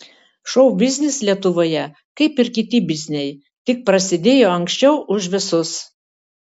šou biznis lietuvoje kaip ir kiti bizniai tik prasidėjo anksčiau už visus